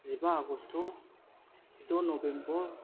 जिबा आगस्त जिद' नबेम्बर